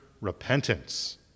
repentance